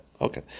Okay